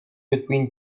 between